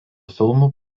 filmų